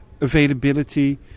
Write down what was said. availability